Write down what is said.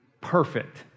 perfect